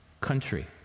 country